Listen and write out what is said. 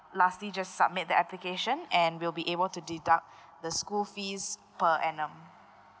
lastly just submit the application and we'll be able to deduct the school fees per annum